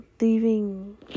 leaving